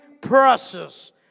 process